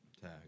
Tag